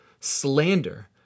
slander